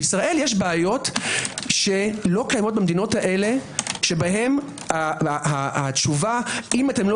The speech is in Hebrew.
בישראל יש בעיות שלא קיימות במדינות האלה שבהן התשובה אם אתם לא